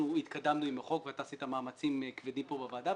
התקדמנו עם החוק ואתה עשית מאמצים כבדים פה בוועדה,